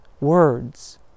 Words